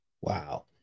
Wow